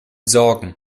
sorgen